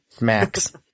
max